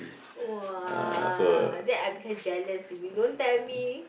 !woah! that I become jealous if you don't tell me